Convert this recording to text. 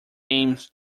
aimed